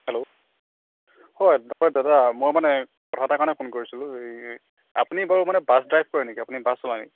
hello হয় অ' দাদা মই মানে কথা এটাৰ কাৰণে ফোন কৰিছিলোঁ এই আপুনি বাৰু মানে বাছ ড্ৰাইভ কৰে নেকি আপুনি বাছ চলাই নেকি